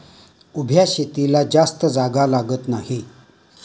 उभ्या शेतीला जास्त जागा लागत नाही